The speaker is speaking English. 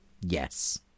Yes